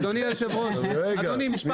אדוני יושב הראש, אדוני, משפט אחד לפני.